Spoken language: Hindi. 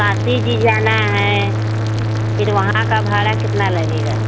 काशी जी जाना है फिर वहाँ का भाड़ा कितना लगेगा